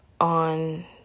on